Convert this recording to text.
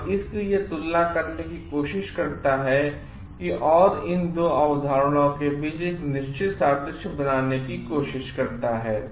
और इसलिए यह तुलना करने की कोशिश करता है और इन दोअवधारणाओं केबीच एक निश्चित सादृश्य बनाने की कोशिश करता है